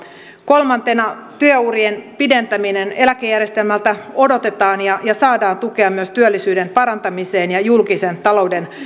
kolmantena työurien pidentäminen eläkejärjestelmältä odotetaan ja saadaan tukea myös työllisyyden parantamiseen ja julkisen talouden